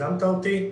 הקדמת אותי.